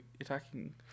attacking